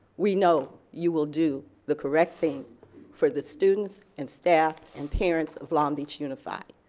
we know you will do the correct thing for the students and staff and parents of long beach unified.